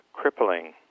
Crippling